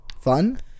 fun